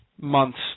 months